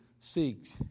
Seek